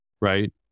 Right